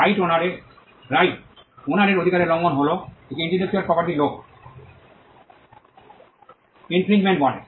right owner এর অধিকারের লঙ্ঘন হল একে ইন্টেলেকচুয়াল প্রপার্টি লকে ইনফ্রিঞ্জমেন্ট বলে